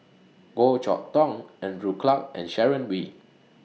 Goh Chok Tong Andrew Clarke and Sharon Wee